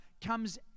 comes